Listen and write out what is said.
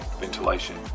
ventilation